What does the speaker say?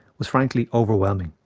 was frankly, overwhelming.